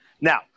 now